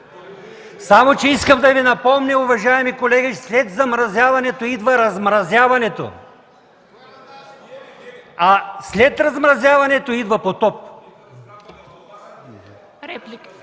Само че искам да Ви напомня, уважаеми колеги, че след замразяването идва размразяването. (Реплики от ГЕРБ.) А след размразяването идва потоп.